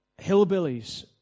hillbillies